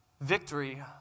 victory